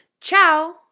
Ciao